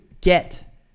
get